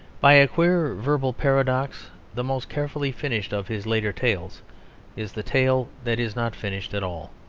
by a queer verbal paradox the most carefully finished of his later tales is the tale that is not finished at all.